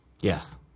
Yes